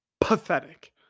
pathetic